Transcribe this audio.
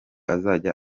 azajya